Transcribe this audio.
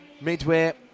midway